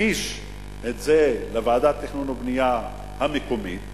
הגיש את זה לוועדת התכנון והבנייה המקומית,